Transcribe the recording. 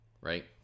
right